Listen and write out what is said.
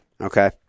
Okay